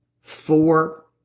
four